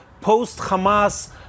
post-Hamas